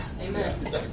Amen